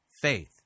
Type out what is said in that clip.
faith